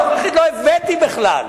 לנוכחית לא הבאתי בכלל.